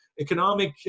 economic